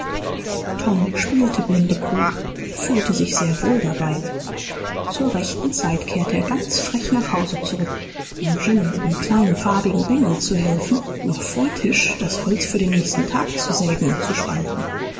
tom spielte blindekuh und fühlte sich sehr wohl dabei zur rechten zeit kehrte er ganz frech nach hause zurück um jim dem kleinen farbigen bengel zu helfen noch vor tisch das holz für den nächsten tag zu sägen und zu spalten